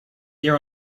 there